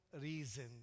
reason